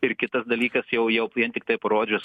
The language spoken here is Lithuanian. ir kitas dalykas jau jau vien tiktai parodžius